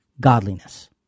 godliness